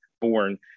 born